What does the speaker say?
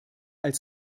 als